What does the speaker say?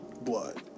blood